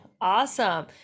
awesome